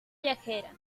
viajera